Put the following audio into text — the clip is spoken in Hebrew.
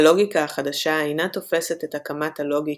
הלוגיקה החדשה אינה תופסת את הכמת הלוגי